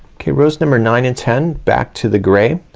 okay rows number nine and ten back to the gray.